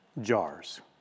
jars